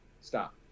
stop